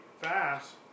fast